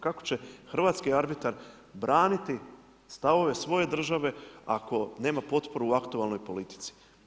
Kako će hrvatski arbitar braniti stavove svoje države ako nema potporu u aktualnoj politici.